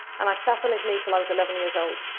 and i sat on his knee until i was eleven years old,